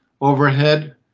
overhead